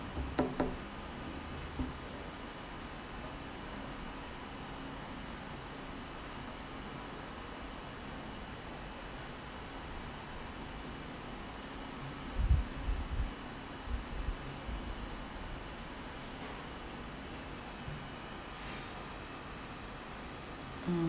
mm